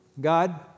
God